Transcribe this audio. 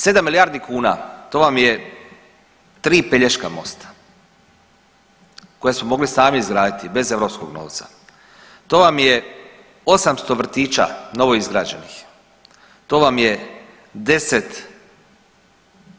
7 milijardi kuna to vam je 3 Pelješka mosta koja su mogli sami izgraditi bez europskog novca, to vam je 800 vrtića novoizgrađenih, to vam je 10